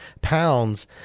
pounds